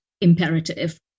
imperative